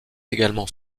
également